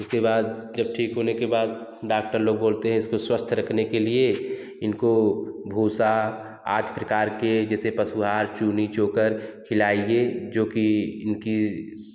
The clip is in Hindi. उसके बाद जब ठीक होने के बाद डॉक्टर लोग बोलते हैं इसको स्वस्थ रखने के लिए इनको भूसा आठ प्रकार के जैसे पशु आहार चुन्नी जोकर खिलाइए जो कि उनकी